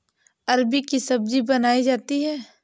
अरबी की सब्जी बनायीं जाती है